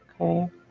Okay